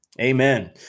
Amen